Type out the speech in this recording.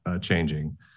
changing